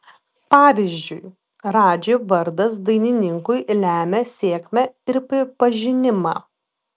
pavyzdžiui radži vardas dainininkui lemia sėkmę ir pripažinimą